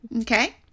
Okay